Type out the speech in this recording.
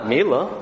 Mila